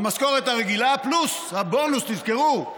המשכורת הרגילה פלוס הבונוס, תזכרו,